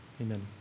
Amen